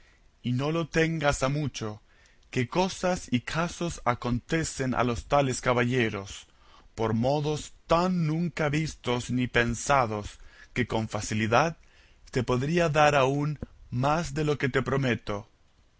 y no lo tengas a mucho que cosas y casos acontecen a los tales caballeros por modos tan nunca vistos ni pensados que con facilidad te podría dar aún más de lo que te prometo